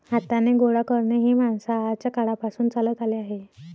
हाताने गोळा करणे हे माणसाच्या काळापासून चालत आले आहे